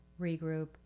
regroup